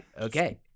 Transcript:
okay